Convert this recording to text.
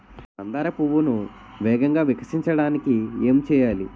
మందార పువ్వును వేగంగా వికసించడానికి ఏం చేయాలి?